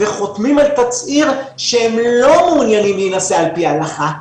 וחותמים על תצהיר שהם לא מעוניינים להינשא על פי ההלכה.